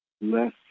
less